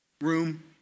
room